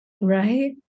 Right